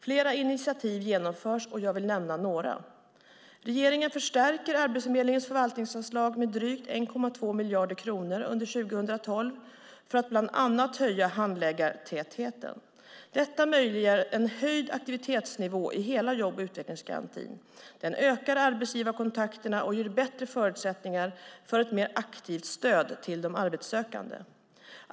Flera initiativ genomförs, och jag vill nämna några. Regeringen förstärker Arbetsförmedlingens förvaltningsanslag med drygt 1,2 miljarder kronor under 2012 för att bland annat höja handläggartätheten. Detta möjliggör en höjd aktivitetsnivå inom hela jobb och utvecklingsgarantin, ökar arbetsgivarkontakterna och ger bättre förutsättningar för ett mer aktivt stöd till de arbetssökande.